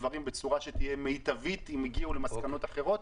דברים בצורה שתהיה מיטבית אם יגיעו למסקנות אחרות.